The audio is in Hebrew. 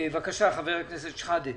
בבקשה חבר הכנסת שחאדה.